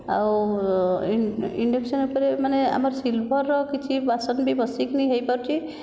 ଆଉ ଇଣ୍ଡକ୍ସନ ଉପରେ ମାନେ ଆମର ସିଲ୍ଭରର କିଛି ବାସନ ବି ବସେଇକରି ହୋଇପାରୁଛି